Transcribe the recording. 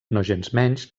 nogensmenys